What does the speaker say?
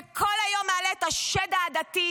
וכל היום מעלה את השד העדתי,